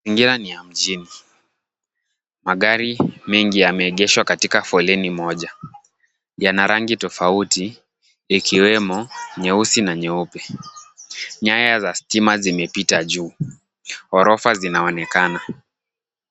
Njia ni ya mjini. Magari, mengi yameegeshwa katika foleni moja. Yana rangi tofauti, ikiwemo nyeusi na nyeupe. Nyaya za stima zimepita juu. Ghorofa zinaonekana.